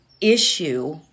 issue